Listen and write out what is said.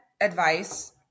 advice